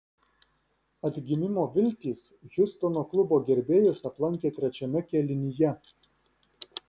atgimimo viltys hjustono klubo gerbėjus aplankė trečiame kėlinyje